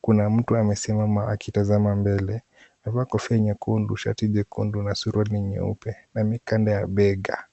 kuna mtu amesimama ameangalia mbele. Amevaa kofia nyekundu, shati jekundu, na suruali nyeupe, na mikanda ya bega.